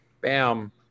bam